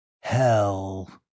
Hell